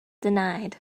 denied